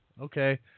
okay